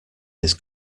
his